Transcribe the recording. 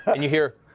and you hear